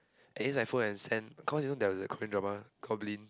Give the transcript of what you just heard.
and use my phone and send cause you know there was a Korean drama Goblin